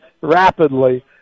rapidly